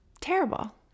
terrible